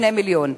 2 מיליון.